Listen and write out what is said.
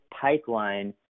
pipeline